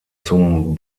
zum